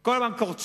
כל הזמן קורצים.